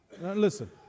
Listen